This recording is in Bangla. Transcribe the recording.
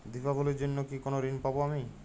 দীপাবলির জন্য কি কোনো ঋণ পাবো আমি?